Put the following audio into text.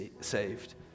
saved